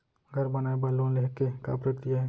घर बनाये बर लोन लेहे के का प्रक्रिया हे?